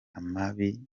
amabi